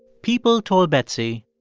people told betsy.